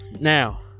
now